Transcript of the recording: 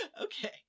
Okay